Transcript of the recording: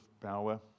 power